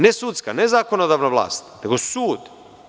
Ne sudska, ne zakonodavna vlast, nego sud.